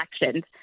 elections